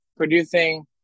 producing